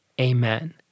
Amen